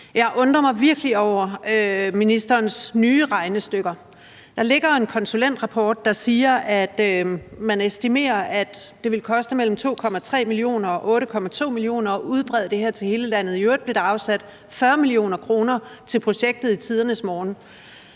Jeg undrer mig virkelig over ministerens nye regnestykker. Der ligger en konsulentrapport, der siger, at man estimerer, at det vil koste mellem 2,3 mio. kr. og 8,2 mio. kr. at udbrede det her til hele landet – i øvrigt blev der afsat 40 mio. kr. til projektet i tidernes morgen